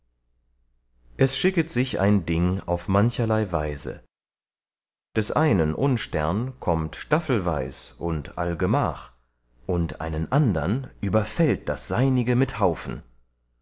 es schicket sich ein ding auf mancherlei weise des einen unstern kommt staffelweis und allgemach und einen andern überfällt das seinige mit haufen